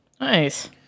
Nice